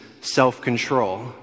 self-control